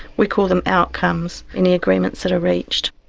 we call them outcomes, any agreements that are reached.